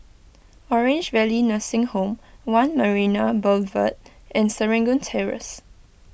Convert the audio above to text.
Orange Valley Nursing Home one Marina Boulevard and Serangoon Terrace